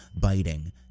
biting